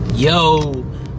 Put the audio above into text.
Yo